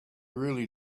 really